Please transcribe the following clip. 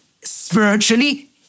Spiritually